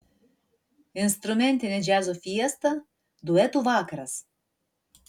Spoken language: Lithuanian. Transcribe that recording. instrumentinė džiazo fiesta duetų vakaras